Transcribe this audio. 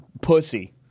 pussy